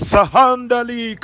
Sahandali